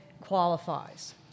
qualifies